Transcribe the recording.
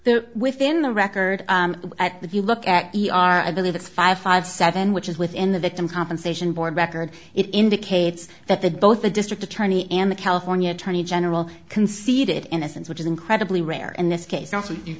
there within the record at that you look at e r i believe it's five five seven which is within the victim compensation board record it indicates that that both the district attorney and the california attorney general conceded innocence which is incredibly rare in this case